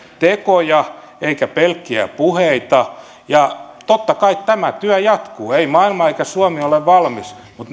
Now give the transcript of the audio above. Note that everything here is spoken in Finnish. tekoja eivätkä pelkkiä puheita ja totta kai tämä työ jatkuu ei maailma eikä suomi ole valmis mutta